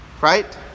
Right